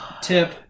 Tip